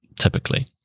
typically